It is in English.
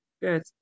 Good